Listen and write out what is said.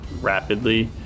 rapidly